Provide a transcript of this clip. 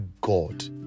God